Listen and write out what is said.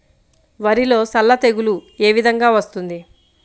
వరిలో సల్ల తెగులు ఏ విధంగా వస్తుంది?